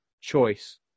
choice